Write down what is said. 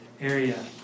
area